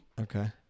okay